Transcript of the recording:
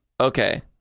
Okay